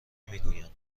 میگویند